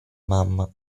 mamma